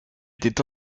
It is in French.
étaient